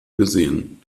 gesehen